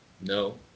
No